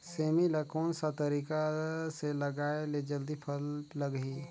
सेमी ला कोन सा तरीका से लगाय ले जल्दी फल लगही?